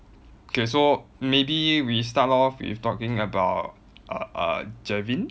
okay so maybe we start off with talking about uh uh jervin